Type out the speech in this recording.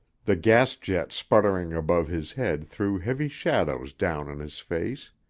the gas-jet sputtering above his head threw heavy shadows down on his face.